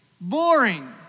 boring